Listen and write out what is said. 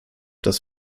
das